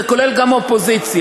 זה כולל גם אופוזיציה,